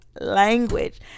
language